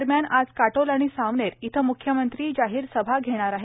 दरम्यान आज काटोल आणि सावनेर इथं मुख्यमंत्री जाहीर सभा घेणार आहेत